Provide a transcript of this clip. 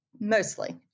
mostly